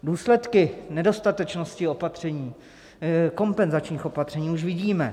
Důsledky nedostatečnosti opatření, kompenzačních opatření, už vidíme.